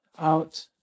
out